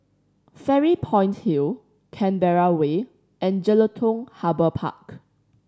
Fairy Point Hill Canberra Way and Jelutung Harbour Park